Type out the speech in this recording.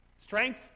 Strength